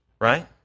Right